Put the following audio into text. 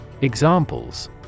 Examples